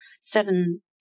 seven